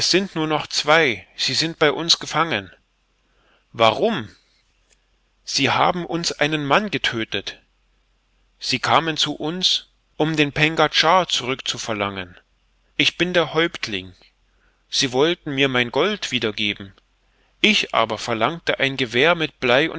sind nur noch zwei sie sind bei uns gefangen warum sie haben uns einen mann getödtet sie kamen zu uns um den pengadschar zurückzuverlangen ich bin der häuptling sie wollten mir mein gold wiedergeben ich aber verlangte ein gewehr mit blei